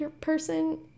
person